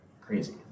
crazy